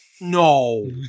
no